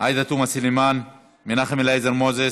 עאידה תומא סלימאן, מנחם אליעזר מוזס,